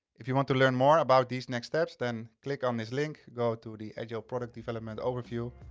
if you want to learn more about these next steps, then click on this link, go to the agile product development overview.